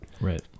right